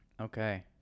Okay